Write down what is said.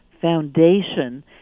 foundation